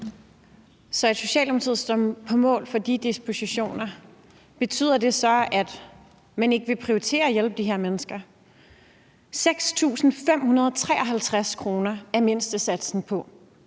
Så Socialdemokratiet står på mål for de dispositioner? Betyder det så, at man ikke vil prioritere at hjælpe de her mennesker? 6.553 kr. er mindstesatsen på.